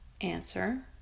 Answer